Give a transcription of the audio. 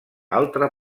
altra